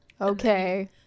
Okay